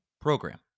program